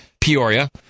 Peoria